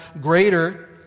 greater